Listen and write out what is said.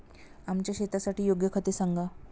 आमच्या शेतासाठी योग्य खते सांगा